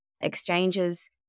exchanges